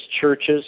churches